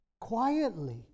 quietly